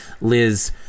Liz